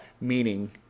meaning